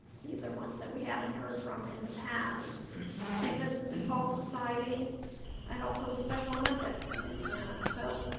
these are ones that we haven't heard from in the past st. vincent de paul society and also the special olympics of indiana, so